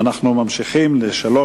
חבר